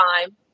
time